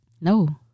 No